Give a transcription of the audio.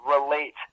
relate